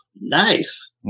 Nice